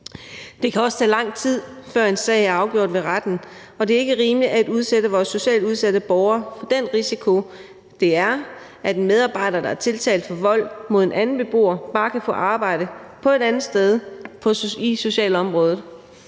Det kan også tage lang tid, før en sag er afgjort ved retten, og det er ikke rimeligt at udsætte vores socialt udsatte borgere for den risiko, det er, at en medarbejder, der er tiltalt for vold mod en anden beboer, bare kan få arbejde et andet sted i socialområdet.